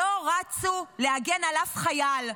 לא רצו להגן על אף חייל.